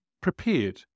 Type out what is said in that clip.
prepared